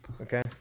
okay